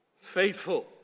faithful